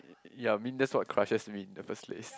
ya I mean that's what crushes mean in the first place